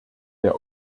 der